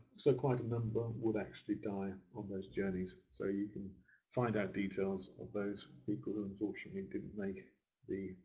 so quite a number would actually die on those journeys. so you can find out details of those people who unfortunately didn't make the